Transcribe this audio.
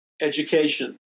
education